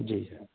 جی سر